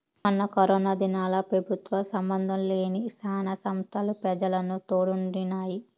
మొన్న కరోనా దినాల్ల పెబుత్వ సంబందం లేని శానా సంస్తలు పెజలకు తోడుండినాయి